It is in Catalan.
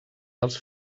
els